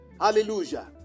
Hallelujah